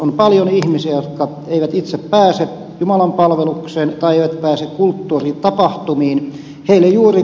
on paljon ihmisiä jotka eivät itse pääse jumalanpalvelukseen tai eivät pääse kulttuuritapahtumiin